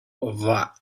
that